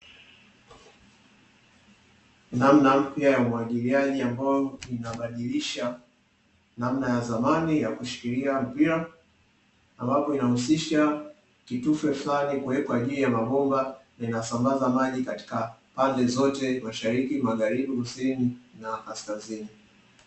Namna mpya ya umwagiliaji ambao inabadilisha namna ya zamani ya kushikilia mpira, ambapo inahusisha kitufe fulani kuwekwa juu ya mabomba yanayosambaza maji katika pande zote mashariki, magharibi, kusini na kasikazini.